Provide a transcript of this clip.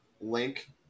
link